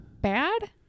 bad